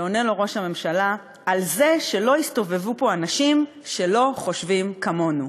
ועונה לו ראש הממשלה: על זה שלא יסתובבו פה אנשים שלא חושבים כמונו.